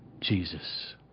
Jesus